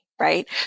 right